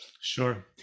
Sure